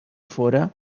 fóra